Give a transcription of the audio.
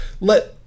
let